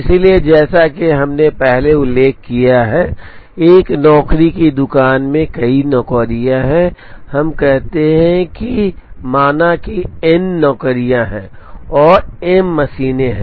इसलिए जैसा कि हमने पहले उल्लेख किया है एक नौकरी की दुकान में कई नौकरियां हैं हम कहते हैं कि n नौकरियां हैं और मी मशीनें हैं